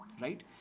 Right